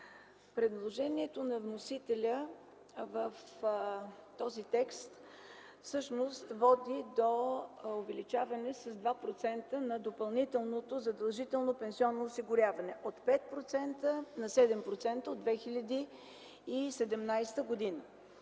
Предложението на вносителя в този текст всъщност води до увеличаване с 2% на допълнителното задължително пенсионно осигуряване – от 5% на 7% от 2017 г.